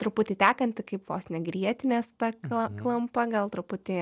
truputį tekanti kaip vos ne grietinės ta kla klampa gal truputį